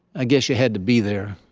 i guess you had to be there.